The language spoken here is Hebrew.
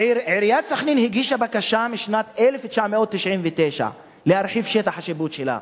עיריית סח'נין הגישה בקשה משנת 1999 להרחיב את שטח השיפוט שלה.